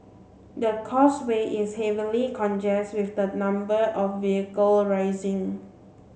the causeway is heavily congest with the number of vehicle rising